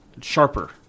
Sharper